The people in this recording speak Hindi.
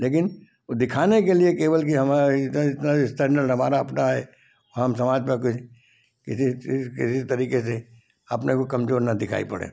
लेकिन वो दिखाने के लिए केवल कि हमारा इतना इतना स्टैण्डर्ड हमारा अपना है हम समाज पर किसी किसी किसी तरीके से अपने को कमजोर ना दिखाई पड़ें